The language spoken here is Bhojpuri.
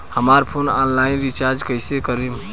हमार फोन ऑनलाइन रीचार्ज कईसे करेम?